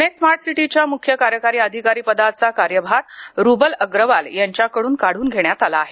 Pune smart सिटीच्या मुख्य कार्यकारी अधिकारी पदाचा कार्यभार रुबल अग्रवाल यांच्याकडून काढून घेण्यात आला आहे